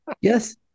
Yes